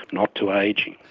not to ageing.